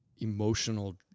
emotional